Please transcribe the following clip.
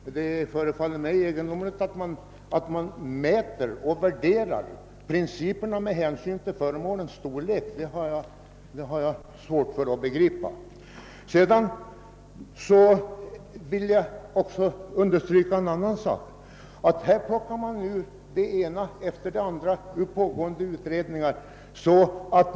Herr talman! Det förefaller mig egendomligt att man mäter och värderar principerna med hänsyn till frågans storlek. Man bryter här ut den ena frågan efter den andra ur pågående utredningar.